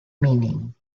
meaning